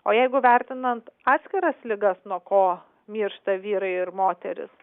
o jeigu vertinant atskiras ligas nuo ko miršta vyrai ir moterys